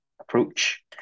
approach